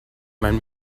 mein